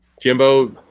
Jimbo